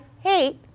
hate